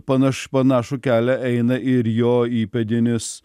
panašu panašų kelią eina ir jo įpėdinis